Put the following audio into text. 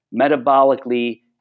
metabolically